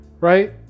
right